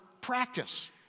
practice